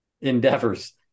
endeavors